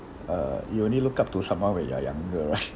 uh you only look up to someone when you're younger